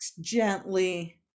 gently